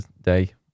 day